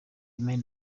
ben